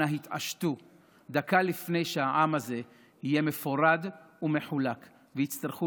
אנא התעשתו דקה לפני שהעם הזה יהיה מפורד ומחולק ויצטרכו